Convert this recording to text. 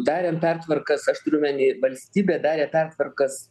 darėm pertvarkas aš turiu omeny valstybė darė pertvarkas